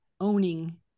owning